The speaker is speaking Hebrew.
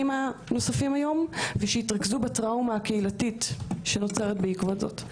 הנוספים היום ושיתרכזו בטראומה הקהילתית שנוצרת בעקבות זאת.